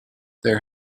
there